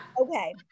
Okay